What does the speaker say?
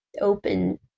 open